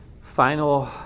final